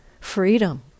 freedom